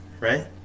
right